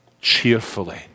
cheerfully